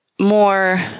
more